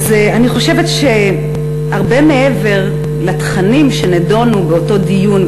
אני חושבת שהרבה מעבר לתכנים שנדונו באותו דיון,